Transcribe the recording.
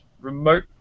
Remote